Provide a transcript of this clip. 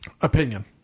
Opinion